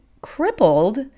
crippled